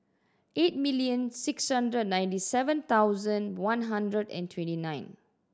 eight million six hundred ninety seven thousand one hundred and twenty nine